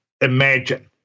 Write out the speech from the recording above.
imagine